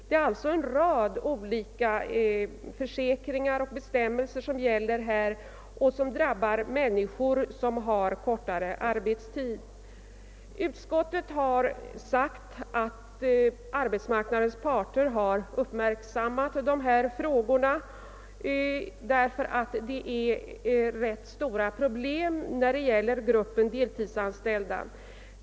Det är alltså en rad olika bestämmelser som gäller på försäkringsområdet och som drabbar människor som har kortare arbetstid. Utskottet har sagt att arbetsmarknadens parter har uppmärksammat dessa frågor, ty det är ganska stora problem som gäller för gruppen deltidsanställda.